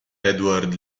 edward